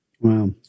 Wow